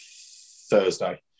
Thursday